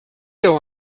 deu